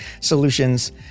solutions